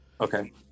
Okay